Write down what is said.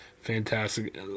fantastic